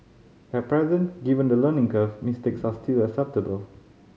at present given the learning curve mistakes are still acceptable